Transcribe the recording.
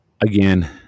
again